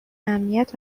امنیت